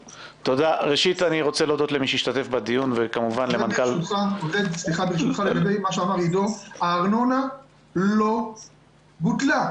ברשותך, לגבי מה שאמר עידו הארנונה לא בוטלה.